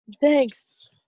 Thanks